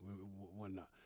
Whatnot